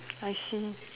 I see